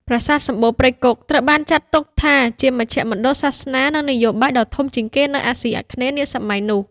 ប្រាសាទសំបូរព្រៃគុក ត្រូវបានចាត់ទុកថាជាមជ្ឈមណ្ឌលសាសនា និងនយោបាយដ៏ធំជាងគេនៅអាស៊ីអាគ្នេយ៍នាសម័យនោះ។